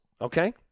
okay